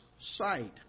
sight